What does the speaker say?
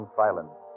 silence